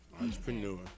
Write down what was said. Entrepreneur